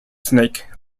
snake